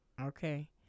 Okay